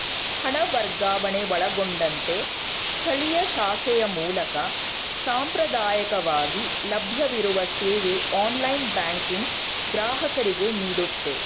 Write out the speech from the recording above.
ಹಣ ವರ್ಗಾವಣೆ ಒಳಗೊಂಡಂತೆ ಸ್ಥಳೀಯ ಶಾಖೆಯ ಮೂಲಕ ಸಾಂಪ್ರದಾಯಕವಾಗಿ ಲಭ್ಯವಿರುವ ಸೇವೆ ಆನ್ಲೈನ್ ಬ್ಯಾಂಕಿಂಗ್ ಗ್ರಾಹಕರಿಗೆನೀಡುತ್ತೆ